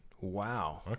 wow